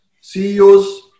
CEOs